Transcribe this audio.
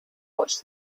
watched